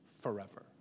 forever